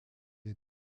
est